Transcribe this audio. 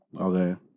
Okay